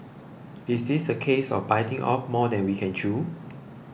is this a case of biting off more than we can chew